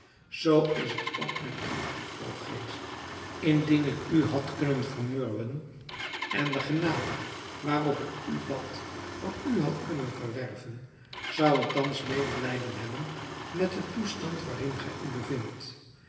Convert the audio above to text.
zoo is het ook met u o geest indien ik u had kunnen vermurwen en de genade waarom ik u bad van u had kunnen verwerven zou ik thans medelijden hebben met den toestand waarin gij u bevindt